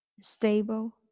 stable